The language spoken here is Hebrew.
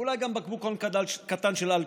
ואולי גם בקבוקון קטן של אלכוג'ל,